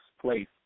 place